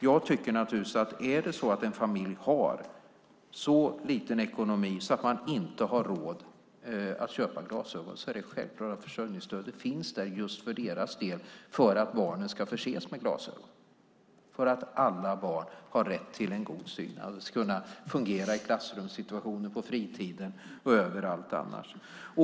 Jag tycker naturligtvis att om en familj har så en liten ekonomi att man inte har råd att köpa glasögon så är det självklart att försörjningsstödet finns där för att barnen ska kunna förses med glasögon. Alla barn har rätt till en god syn och till att kunna fungera i klassrumssituationer, på fritiden och överallt annars.